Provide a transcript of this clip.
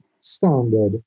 standard